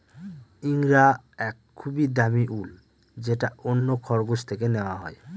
ইঙ্গরা এক খুবই দামি উল যেটা অন্য খরগোশ থেকে নেওয়া হয়